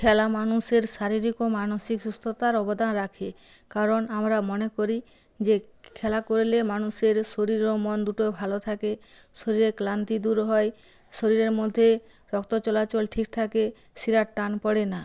খেলা মানুষের শারীরিক ও মানসিক সুস্থতার অবদান রাখে কারণ আমরা মনে করি যে খেলা করলে মানুষের শরীর ও মন দুটো ভালো থাকে শরীরে ক্লান্তি দূর হয় শরীরের মধ্যে রক্ত চলাচল ঠিক থাকে শিরার টান পড়ে না